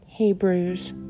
Hebrews